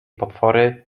potwory